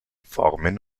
formen